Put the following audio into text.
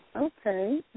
Okay